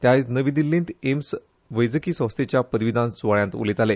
ते आयज नवी दिल्लींत एम्स वैजकी संस्थेच्या पदवीदान सुवाळ्यांत उलयताले